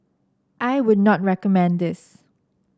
I would not recommend this